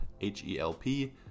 H-E-L-P